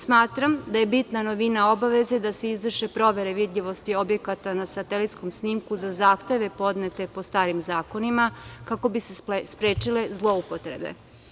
Smatram da je bitna novina obaveze da se izvrše provere vidljivosti objekata na satelitskom snimku za zahteve podnete po starim zakonima, kako bi se sprečile zloupotrebe.